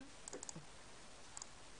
בבקשה.